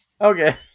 okay